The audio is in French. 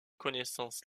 connaissance